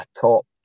top